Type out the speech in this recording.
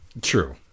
True